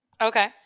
Okay